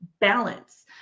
balance